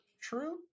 true